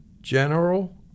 General